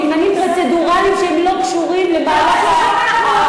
זה עניינים פרוצדורליים שלא קשורים למהלך,